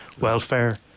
welfare